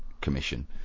Commission